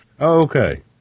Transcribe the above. Okay